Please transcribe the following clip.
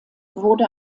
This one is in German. wurde